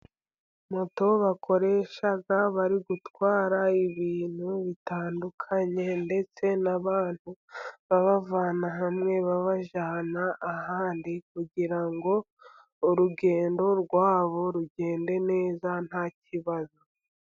Moto bakoresha bari gutwara, ibintu bitandukanye ndetse n’abantu, babavana hamwe babajyana ahandi, kugira ngo urugendo rwabo rugende neza nta kibazo.